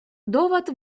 довод